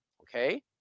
Okay